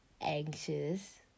anxious